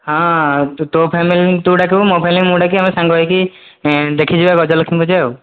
ହଁ ତୁ ତୋ ଫ୍ୟାମିଲିକୁ ତୁ ଡାକିବୁ ମୋ ଫ୍ୟାମିଲିକୁ ମୁଁ ଡାକିବି ଆମେ ସାଙ୍ଗ ହେଇକି ଦେଖିଯିବା ଗଜଲକ୍ଷ୍ମୀ ପୂଜା ଆଉ